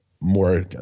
more